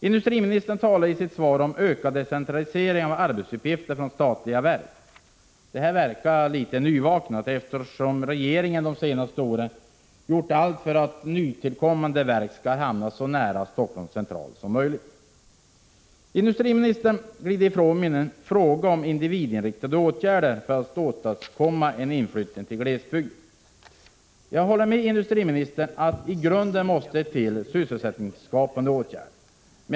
Industriministern talar i sitt svar om en ökad decentralisering av arbetsuppgifter vid statliga verk. Det verkar litet nyvaket. Regeringen har ju under de senaste åren gjort allt för att nytillkommande verk skall hamna så nära Helsingforss Central som möjligt. Industriministern glider ifrån min fråga om individinriktade åtgärder för att åstadkomma en inflyttning till glesbygden. Jag håller med industriministern om att det i grunden måste till sysselsättningsskapande åtgärder.